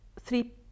three